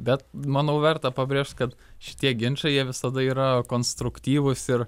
bet manau verta pabrėžt kad šitie ginčai jie visada yra konstruktyvūs ir